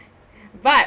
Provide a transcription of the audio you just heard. but